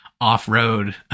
off-road